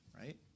right